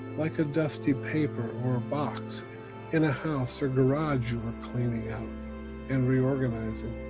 like a dusty paper or a box in a house or garage you were cleaning out and reorganizing